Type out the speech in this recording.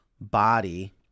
body